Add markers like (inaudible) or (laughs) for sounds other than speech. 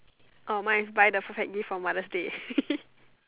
oh mine is buy the perfect gift for mother's day (laughs)